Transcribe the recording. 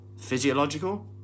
physiological